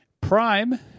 Prime